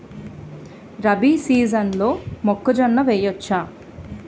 రబీ సీజన్లో మొక్కజొన్న వెయ్యచ్చా?